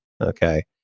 okay